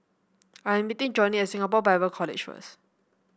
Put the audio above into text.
I am meeting Johney at Singapore Bible College first